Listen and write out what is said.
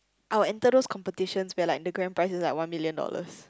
I will enter those competitions where like the grand prizes like one million dollars